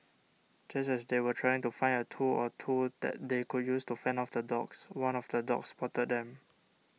just as they were trying to find a tool or two that they could use to fend off the dogs one of the dogs spotted them